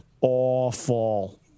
awful